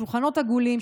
שולחנות עגולים.